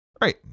Right